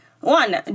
One